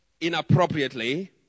inappropriately